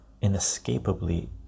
inescapably